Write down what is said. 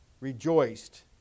rejoiced